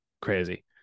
crazy